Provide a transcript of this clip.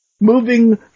moving